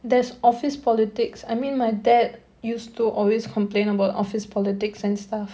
there's office politics I mean my dad used to always complain about office politics and stuff